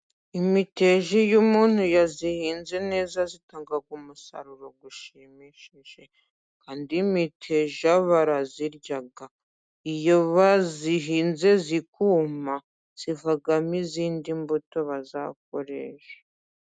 Imiteja iyo umuntu yayihinze neza itanga umusaruro ushimishije, kandi imiteja barayirya iyo bayihinze ikuma, zivamo izindi mbuto bazakoresha.